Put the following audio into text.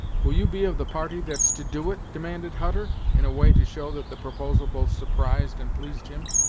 will you be of the party that's to do it? demanded hutter, in a way to show that the proposal both surprised and pleased him.